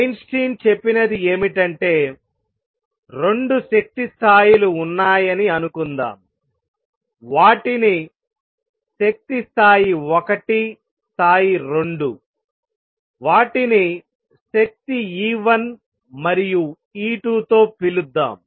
Einstein చెప్పినది ఏమిటంటే 2 శక్తి స్థాయిలు ఉన్నాయని అనుకుందాం వాటిని శక్తి స్థాయి 1 స్థాయి 2 వాటిని శక్తి E1 మరియు E2 తో పిలుద్దాం